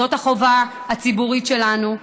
זו החובה המוסרית שלנו.